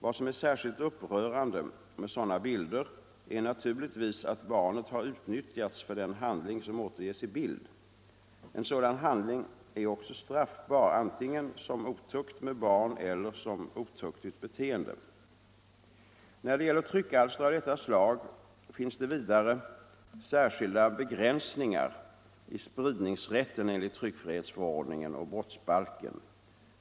Vad som är särskilt upprörande med sådana bilder är naturligtvis att barnet har utnyttjats för den handling som återges i bild. En sådan handling är också straffbar antingen som otukt med barn eller som otuktigt beteende. När det gäller tryckalster av detta slag finns det vidare särskilda begränsningar i spridningsrätten enligt tryckfrihetsförordningen och brottsbalken.